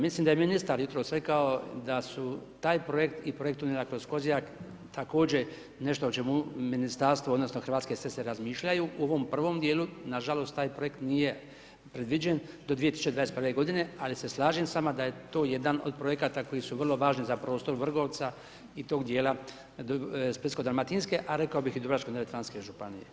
Mislim da je ministar jutros rekao da su taj projekt i projekt tunela kroz Kozjak, također nešto o čemu ministarstvo, odnosno, Hrvatske ceste razmišljaju, u ovom prvom dijelu, nažalost ovaj projekt nije predviđen do 2021. g. ali se slažem s vama da je to jedan od projekata, koji su vrlo važni za prostor Vrgorca i tog dijela Splitsko dalmatinske, a rekao i bi i Dubrovačke neretvanske županije.